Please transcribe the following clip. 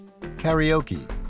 karaoke